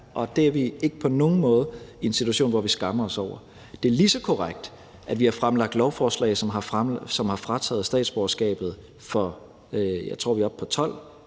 og vi er ikke på nogen måde i en situation, hvor vi skammer os over det. Det er lige så korrekt, at vi har fremsat lovforslag, som har gjort, at vi har taget statsborgerskabet fra, jeg tror, vi er oppe på 12